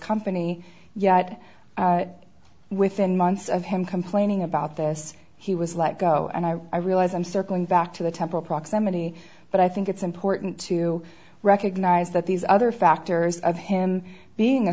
company yet within months of him complaining about this he was let go and i realize i'm circling back to the temple proximity but i think it's important to recognize that these other factors of him being a